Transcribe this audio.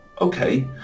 okay